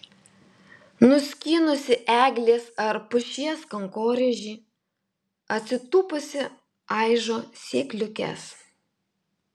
nuskynusi eglės ar pušies kankorėžį atsitūpusi aižo sėkliukes